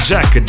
Jack